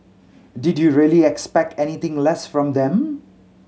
did you really expect anything less from them